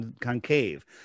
concave